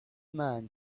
man